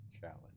challenge